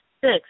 six